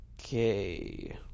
okay